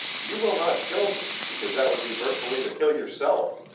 you will not kill me, because that would be virtually to kill yourself.